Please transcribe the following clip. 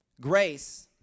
Grace